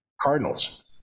Cardinals